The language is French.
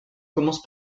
commence